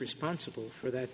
responsible for that